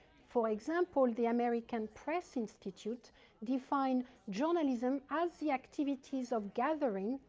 for example, the american press institute defined journalism as the activities of gathering,